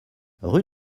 rue